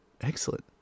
Excellent